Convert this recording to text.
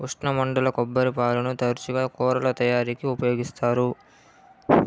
ఉష్ణమండల కొబ్బరిపాలను తరచుగా కూరల తయారీకి ఉపయోగిస్తారు